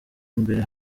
imbere